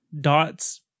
dots